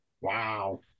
Wow